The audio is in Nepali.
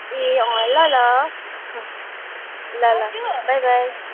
ए अँ ल ल ल ल बाई बाई